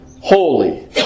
holy